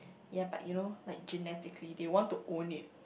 ya but you know like genetically they want to own it